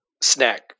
snack